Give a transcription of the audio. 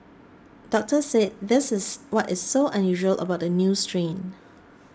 doctors said this is what is so unusual about the new strain